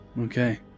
okay